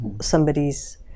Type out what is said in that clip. somebody's